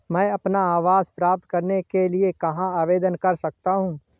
मैं अपना आवास प्राप्त करने के लिए कहाँ आवेदन कर सकता हूँ?